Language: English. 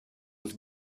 was